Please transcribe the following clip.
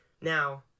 Now